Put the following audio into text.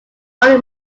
all